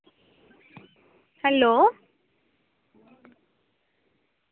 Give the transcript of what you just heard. hello